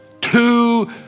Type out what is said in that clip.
two